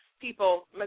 people